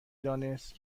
دانست